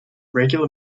regular